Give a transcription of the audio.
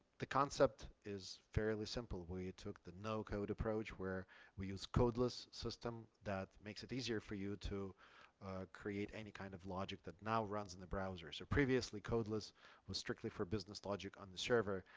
the concept is fairly simple, where you took the no code approach where we use codeless system that makes it easier for you to create any kind of logic that now runs in the browser. so previously, codeless was strictly for business logic on the server.